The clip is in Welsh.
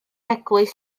eglwys